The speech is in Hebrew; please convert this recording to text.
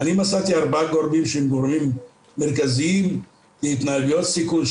אני מצאתי ארבעה גורמים שהם גורמים מרכזיים להתנהגויות סיכון,